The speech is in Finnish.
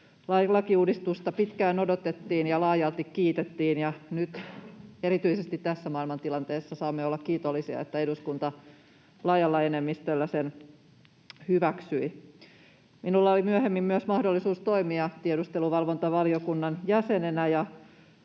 lakiuudistusta pitkään odotettiin ja laajalti kiitettiin, ja nyt erityisesti tässä maailmantilanteessa saamme olla kiitollisia, että eduskunta laajalla enemmistöllä sen hyväksyi. Minulla oli myöhemmin myös mahdollisuus toimia tiedusteluvalvontavaliokunnan jäsenenä,